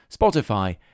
Spotify